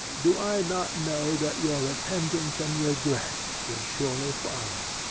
do i not know that your repentance and regret would surely follow?